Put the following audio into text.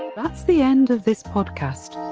that's the end of this podcast.